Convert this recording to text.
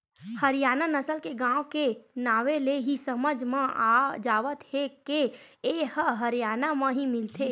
हरियाना नसल के गाय के नांवे ले ही समझ म आ जावत हे के ए ह हरयाना म ही मिलथे